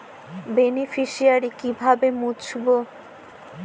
Beneficiary কিভাবে মুছব?